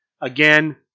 Again